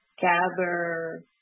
gather